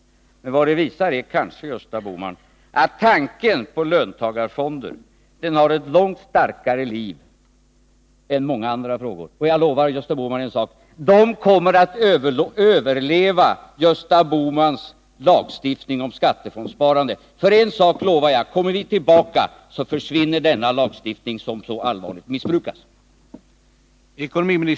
Men vad det visar är kanske, Gösta Bohman, att tanken på löntagarfonder har ett långt starkare liv än många andra frågor. Och jag lovar Gösta Bohman en sak: de kommer att överleva Gösta Bohmans lagstiftning om skattefondssparande, för jag lovar att kommer vi tillbaka så försvinner denna lagstiftning som så allvarligt missbrukas.